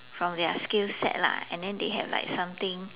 from their skill set lah and then they have like something